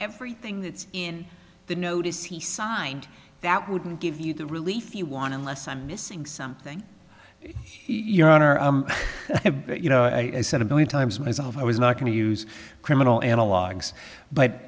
everything that's in the notice he signed that wouldn't give you the relief you want and less i'm missing something your honor you know i said i'm going times myself i was not going to use criminal analogs but